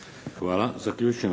Hvala. Zaključujem